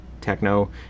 techno